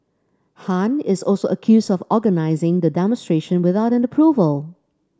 Han is also accused of organising the demonstration without an approval